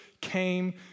came